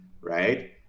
right